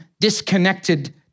disconnected